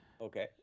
Okay